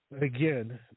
again